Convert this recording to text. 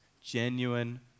genuine